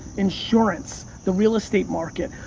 insurance, the real estate market.